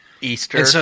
Easter